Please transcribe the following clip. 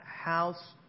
house